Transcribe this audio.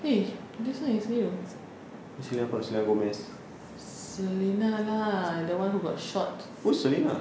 eh this one is new selena lah the one who got shot